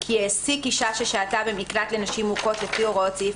כי העסיק אישה ששהתה במקלט לנשים מוכות לפי הוראות סעיף